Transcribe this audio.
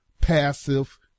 passive